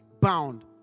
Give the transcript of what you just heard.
bound